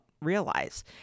realize